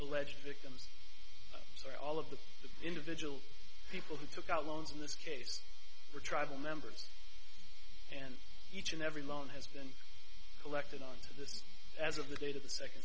alleged victims or all of the individual people who took out loans in this case were tribal members and each and every loan has been collected on this as of the date of the second